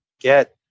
get